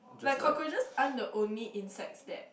like cockroaches aren't the only insects that